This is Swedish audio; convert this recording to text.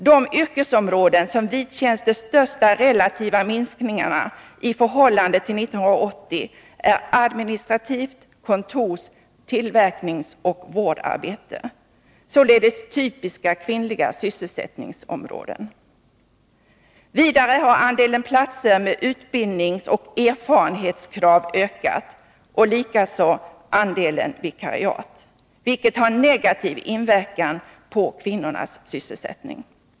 De yrkesområden som vidkänts de största relativa minskningarna i förhållande till 1980 är administrativt arbete samt kontors-, tillverkningsoch vårdarbete — således typiskt kvinnliga sysselsättningsområden. Vidare har andelen platser med utbildningsoch erfarenhetskrav ökat och likaså andelen vikariat, vilket har negativ inverkan på kvinnornas sysselsätt 5 ning.